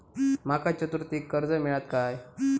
माका चतुर्थीक कर्ज मेळात काय?